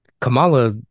Kamala